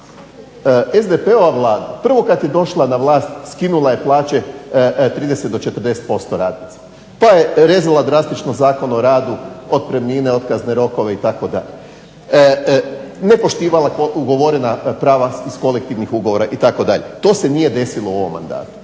SDP-ova Vlada prvo kad je došla na vlast skinula je plaće 30 do 40% radnicima, pa je rezala drastično Zakon o radu, otpremnine, otkazne rokove itd., nepoštivala ugovorena prava iz kolektivnih ugovora itd. To se nije desilo u ovom mandatu.